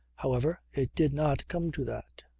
however it did not come to that.